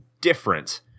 different